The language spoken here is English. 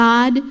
God